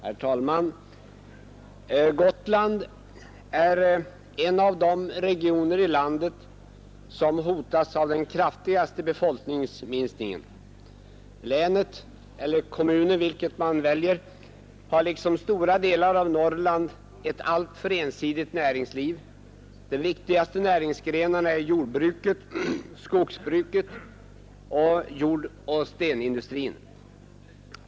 Herr talman! Gotland är en av de regioner i landet som hotas av den kraftigaste befolkningsminskningen. Länet — eller kommunen, vilket man väljer — har liksom stora delar av Norrland ett alltför ensidigt näringsliv. De viktigaste näringsgrenarna är jordbruket, skogsbruket och jordoch stenindustrin.